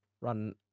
run